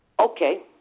Okay